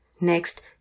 Next